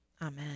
Amen